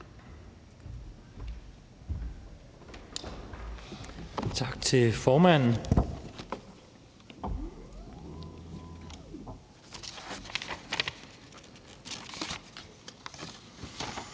Tak til formanden.